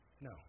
No